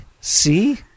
see